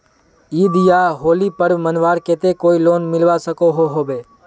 ईद या होली पर्व मनवार केते कोई लोन मिलवा सकोहो होबे?